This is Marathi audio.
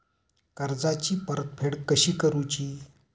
कर्जाची परतफेड कशी करुची?